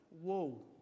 Whoa